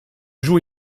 joue